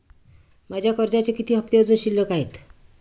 माझे कर्जाचे किती हफ्ते अजुन शिल्लक आहेत?